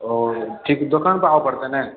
ओ ठीक दोकानपर आबय पड़तै ने